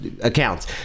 accounts